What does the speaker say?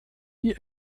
die